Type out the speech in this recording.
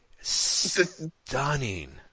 stunning